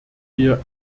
wir